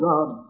God